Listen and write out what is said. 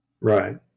Right